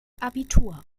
abitur